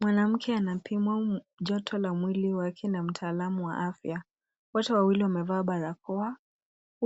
Mwanamke anapimwa joto la mwili na mtaalamu wa afya. Wafanyakazi wawili wengine pia wapo